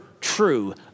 true